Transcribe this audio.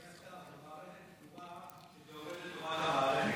אדוני השר, מערכת סגורה זה עובד לטובת המערכת.